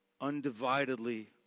undividedly